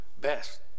Best